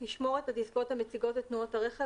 ישמור את הדסקות המציגות את תנועות הרכב